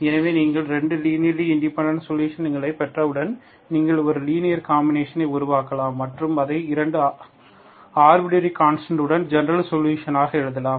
எனவே நீங்கள் 2 linear independent சொலுஷன்களைப் பெற்றவுடன் நீங்கள் ஒரு லீனியர் காம்பினேஷனை உருவாக்கலாம் மற்றும் அதை 2 ஆர்பிட்டரி கான்ஸ்டன்ட் உடன் ஜெனரல் சொல்யூஷன் ஆக எழுதலாம்